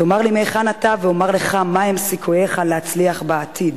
תאמר לי מהיכן אתה ואומר לך מהם סיכוייך להצליח בעתיד.